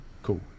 cool